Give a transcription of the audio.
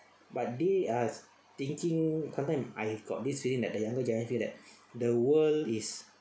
but they are thinking sometime I got this feeling that the younger generation feel that the world is